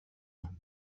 انجام